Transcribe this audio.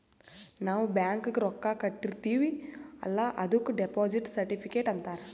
ನಾವ್ ಬ್ಯಾಂಕ್ಗ ರೊಕ್ಕಾ ಕಟ್ಟಿರ್ತಿವಿ ಅಲ್ಲ ಅದುಕ್ ಡೆಪೋಸಿಟ್ ಸರ್ಟಿಫಿಕೇಟ್ ಅಂತಾರ್